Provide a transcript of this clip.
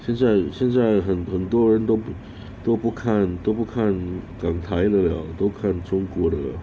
现在现在很很多人都不都不看都不看港台的了都看中国的了